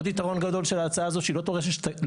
עוד יתרון גדול של ההצעה הזאת הוא שהיא לא דורשת תקציב.